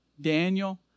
Daniel